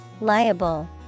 Liable